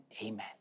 amen